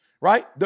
right